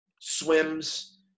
swims